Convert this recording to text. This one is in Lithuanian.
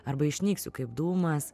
arba išnyksiu kaip dūmas